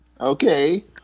Okay